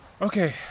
okay